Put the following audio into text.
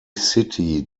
city